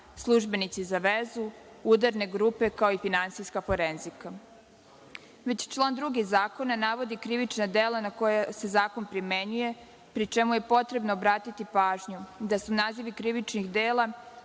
službenici za vezu, udarne grupe, kao i finansijska forenzika. Član 2. zakona navodi krivična dela na koja se zakon primenjuje, pri čemu je potrebno obratiti pažnju da su nazivi krivičnih dela